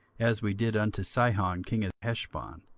as we did unto sihon king of heshbon,